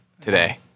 Today